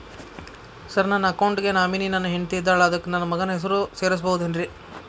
Sir ನನ್ನ account ಗೆ nominee ನನ್ನ ಹೆಂಡ್ತಿ ಇದ್ದಾಳ ಅದಕ್ಕ ನನ್ನ ಮಗನ ಹೆಸರು ಸೇರಸಬಹುದೇನ್ರಿ?